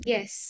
Yes